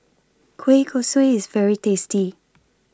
Kueh Kosui IS very tasty